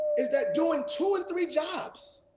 is that doing two and three jobs